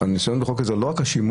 הניסיון בחוק הזה הוא לא רק השימוש